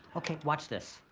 okay, watch this.